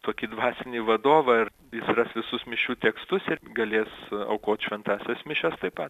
tokį dvasinį vadovą ir jis ras visus mišių tekstus ir galės aukot šventąsias mišias taip pat